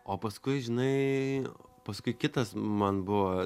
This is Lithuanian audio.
o paskui žinai o paskui kitas man buvo